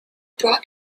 brought